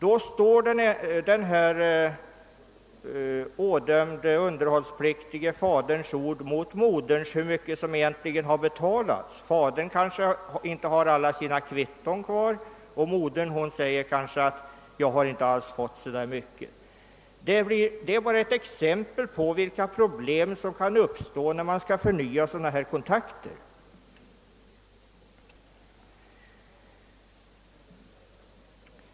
Då står den ådömde underhållspliktige faderns ord mot moderns beträffande hur mycket pengar som egentligen har betalats i underhållsbidrag. Fadern kanske inte har alla sina kvitton kvar och modern kanske påstår att hon inte alls fått så mycket. — Detta är bara ett exempel på vilka problem som kan uppstå när man skall förnya sådana kontakter.